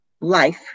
life